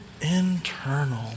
internal